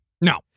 No